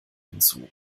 hinzu